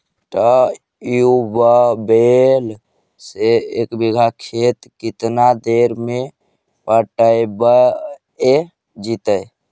Tubewell से एक बिघा खेत केतना देर में पटैबए जितै?